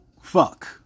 fuck